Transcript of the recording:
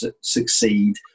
succeed